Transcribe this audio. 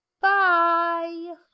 Bye